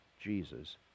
Jesus